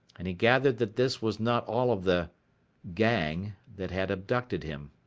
and he gathered that this was not all of the gang that had abducted him.